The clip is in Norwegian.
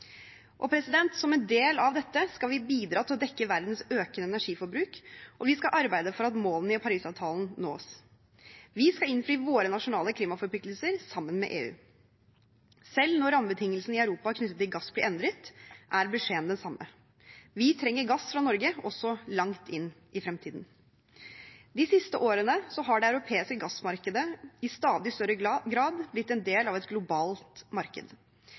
Som en del av dette skal vi bidra til å dekke verdens økende energiforbruk, og vi skal arbeide for at målene i Parisavtalen nås. Vi skal innfri våre nasjonale klimaforpliktelser sammen med EU. Selv når rammebetingelsene i Europa knyttet til gass blir endret, er beskjeden den samme: Vi trenger gass fra Norge også langt inn i fremtiden. De siste årene har det europeiske gassmarkedet i stadig større grad blitt en del av et globalt marked.